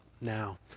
now